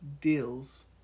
deals